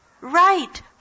right